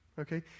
okay